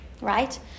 right